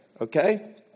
okay